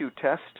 test